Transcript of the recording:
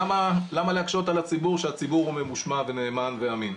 למה להקשות על הציבור כשהציבור הוא נאמן וממושמע ואמין?